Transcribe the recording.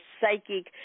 psychic